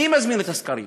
מי מזמין את הסקרים?